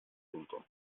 frunton